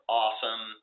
awesome